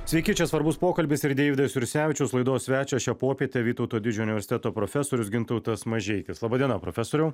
sykį čia svarbus pokalbis ir deividas jursevičius laidos svečio šią popietę vytauto didžiojo universiteto profesorius gintautas mažeikis laba diena profesoriau